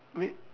wait